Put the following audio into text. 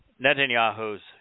Netanyahu's